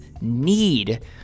need